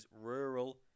rural